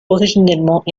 originellement